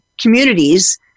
communities